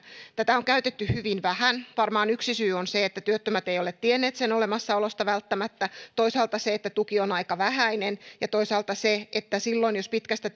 tätä on käytetty hyvin vähän varmaan yksi syy on se että työttömät eivät ole tienneet sen olemassaolosta välttämättä toisaalta se että tuki on aika vähäinen ja toisaalta se että silloin jos pitkästä